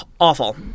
Awful